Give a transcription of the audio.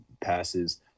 passes